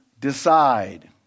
decide